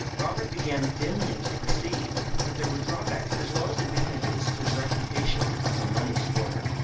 robert began dimly to perceive that there were drawbacks as well as advantages to the reputation of a money-scorner,